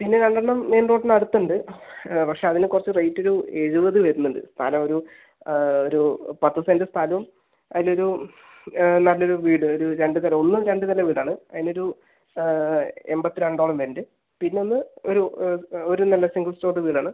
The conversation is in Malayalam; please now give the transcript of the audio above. പിന്ന രണ്ടെണ്ണം മെയിൻ റോഡിനടുത്തുണ്ട് പക്ഷെ അതിനു കുറച്ച് റേറ്റ് ഒരു എഴുപത് വരുന്നുണ്ട് സ്ഥലം ഒരു ഒരു പത്ത് സെന്റ് സ്ഥലവും അതിൽ ഒരു നല്ലൊരു വീട് ഒരു രണ്ടുനില ഒന്ന് രണ്ടുനില വീടാണ് അതിന് ഒരു എൺപത്തിരണ്ടോളം വരുന്നുണ്ട് പിന്നെ ഒന്ന് ഒരു ഒരു നല്ല സിംഗിൾ സ്റ്റോറേജ് വീട് ആണ്